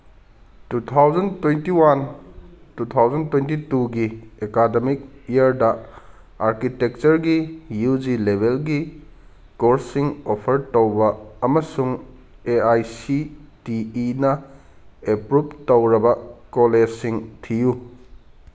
two thousand twenty one two thousand twenty ꯇꯨꯒꯤ academic ꯏꯌꯔꯗ ꯑꯥꯔꯀꯤꯇꯦꯛꯆꯔꯒꯤ ꯌꯨ ꯖꯤ ꯂꯦꯕꯦꯜꯒꯤ ꯀꯣꯔꯁꯁꯤꯡ ꯑꯣꯐꯔ ꯇꯧꯕ ꯑꯃꯁꯨꯡ ꯑꯦ ꯑꯥꯏ ꯁꯤ ꯇꯤ ꯏꯅ ꯑꯦꯄ꯭ꯔꯨꯞ ꯇꯧꯔꯕ ꯀꯣꯂꯦꯖꯁꯤꯡ ꯊꯤꯌꯨ